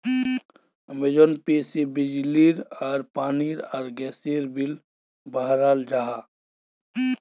Amazon पे से बिजली आर पानी आर गसेर बिल बहराल जाहा